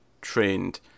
trained